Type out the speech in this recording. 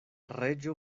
reĝo